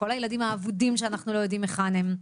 כל הילדים האבודים שאנחנו לא יודעים היכן הם.